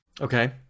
Okay